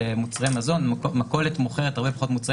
על מוצרי מזון מכולת מוכרת הרבה פחות מוצרים